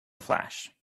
flash